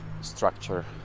structure